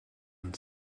and